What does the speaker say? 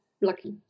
lucky